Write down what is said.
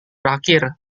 berakhir